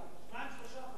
2% 3%. לא,